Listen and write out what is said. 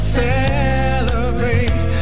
celebrate